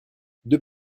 deux